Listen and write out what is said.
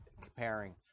comparing